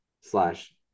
slash